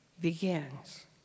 begins